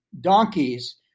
donkeys